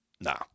nah